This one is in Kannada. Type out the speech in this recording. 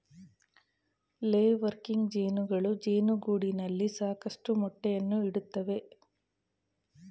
ಲೇ ವರ್ಕಿಂಗ್ ಜೇನುಗಳು ಜೇನುಗೂಡಿನಲ್ಲಿ ಸಾಕಷ್ಟು ಮೊಟ್ಟೆಯನ್ನು ಇಡುತ್ತವೆ